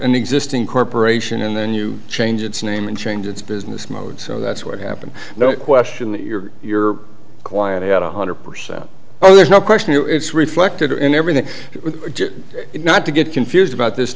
an existing corporation and then you change its name and change its business mode so that's what happened no question your your client had one hundred percent oh there's no question it's reflected in everything not to get confused about this